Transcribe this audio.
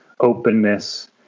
openness